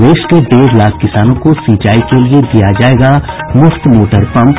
प्रदेश के डेढ़ लाख किसानों को सिंचाई के लिए दिया जायेगा मुफ्त मोटर पम्प